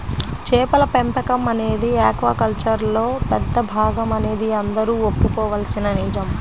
చేపల పెంపకం అనేది ఆక్వాకల్చర్లో పెద్ద భాగమనేది అందరూ ఒప్పుకోవలసిన నిజం